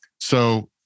So-